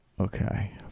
okay